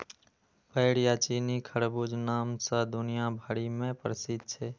बेर या चीनी खजूरक नाम सं दुनिया भरि मे प्रसिद्ध छै